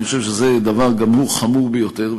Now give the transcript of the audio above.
אני חושב שזה דבר שגם הוא חמור ביותר,